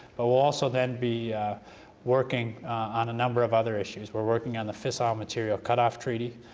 but we'll also then be working on a number of other issues. we're working on the fissile material cutoff treaty.